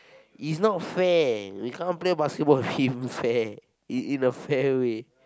it's not fair we can't play basketball with him fair in in a fair way